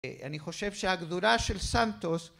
אני חושב שהגדולה של סנטוס